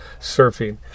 surfing